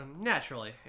Naturally